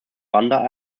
banda